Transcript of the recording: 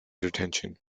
detention